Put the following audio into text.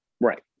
right